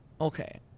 Okay